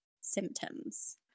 symptoms